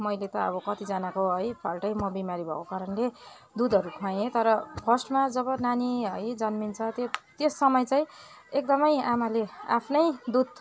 मैले त अब कतिजनाको है फाल्टै म बिमारी भएको कारणले दुधहरू ख्वाएँ तर फर्स्टमा जब नानी है जन्मिन्छ त्यो त्यस समय चाहिँ एकदमै आमाले आफ्नै दुध